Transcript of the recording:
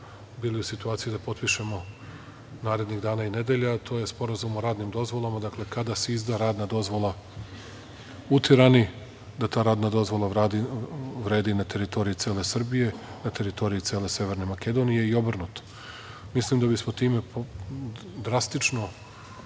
bili u situaciji da potpišemo narednih dana i nedelja, a to je sporazum o radnim dozvolama. Dakle, kada se izda radna dozvola u Tirani, da ta radna dozvola radi, odnosno vredi na teritoriji cele Srbije, na teritoriji cele Severne Makedonije i obrnuto. Mislim da bismo time drastično